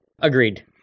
Agreed